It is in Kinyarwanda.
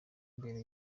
mbere